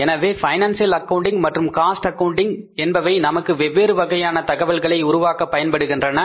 எனவே financial accounting மற்றும் cost accounting என்பவை நமக்கு வெவ்வேறு வகையான தகவல்களை உருவாக்கப் பயன்படுகின்றன